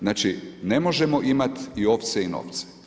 Znači, ne možemo imati i ovce i novce.